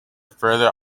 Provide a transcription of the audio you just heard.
further